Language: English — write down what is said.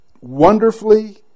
wonderfully